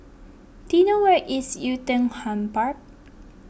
do you know where is Oei Tiong Ham Park